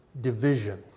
division